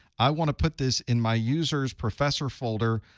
i want to put this in my users professor folder.